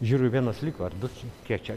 žiūriu vienas liko ar du kiek čia